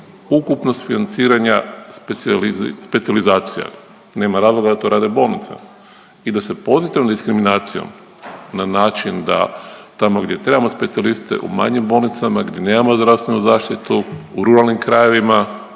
ukupnost financiranja specijalizacija. Nema razloga da to rade bolnice i da se pozitivnom diskriminacijom na način da tamo gdje trebamo specijaliste u manjim bolnicama gdje nemamo zdravstvenu zaštitu, u ruralnim krajevima,